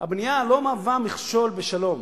הבנייה לא מהווה מכשול לשלום,